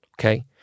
Okay